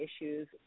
issues